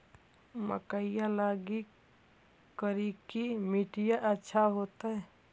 मकईया लगी करिकी मिट्टियां अच्छा होतई